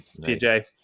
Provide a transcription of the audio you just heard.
PJ